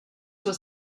was